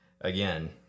Again